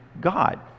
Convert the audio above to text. God